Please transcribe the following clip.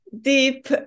deep